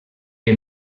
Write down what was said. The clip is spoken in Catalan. que